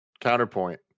Counterpoint